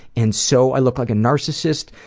and so, i look like a narcissus.